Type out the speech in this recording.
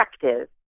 effective